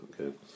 Okay